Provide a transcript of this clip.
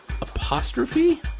apostrophe